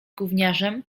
gówniarzem